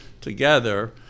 together